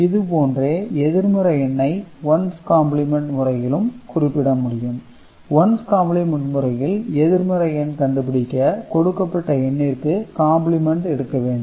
இதேபோன்று எதிர்மறை எண்ணை ஒன்ஸ் காம்ப்ளிமென்ட் முறையிலும் குறிப்பிட முடியும் ஒன்ஸ் காம்ப்ளிமென்ட் முறையில் எதிர்மறை எண் கண்டுபிடிக்க கொடுக்கப்பட்ட எண்ணிற்கு காம்பிளிமெண்ட் எடுக்க வேண்டும்